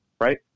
right